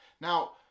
Now